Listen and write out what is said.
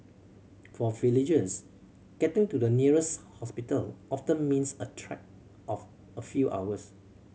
for villagers getting to the nearest hospital often means a trek of a few hours